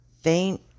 faint